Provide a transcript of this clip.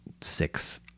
six